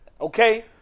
okay